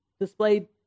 displayed